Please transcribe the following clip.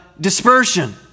dispersion